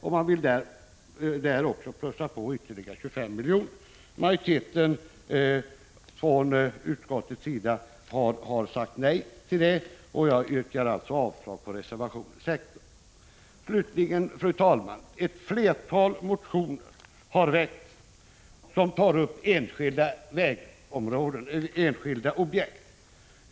Centern vill också plussa på med ytterligare 25 milj.kr. Majoriteten i utskottet har sagt nej till detta, och jag yrkar avslag på reservationen 16. Slutligen, fru talman: Det har väckts ett flertal motioner där man tar upp enskilda objekt.